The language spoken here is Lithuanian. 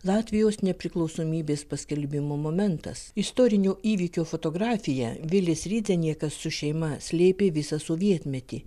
latvijos nepriklausomybės paskelbimo momentas istorinio įvykio fotografiją vilis rydzeniekas su šeima slėpė visą sovietmetį